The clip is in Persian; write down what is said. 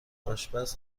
آشپز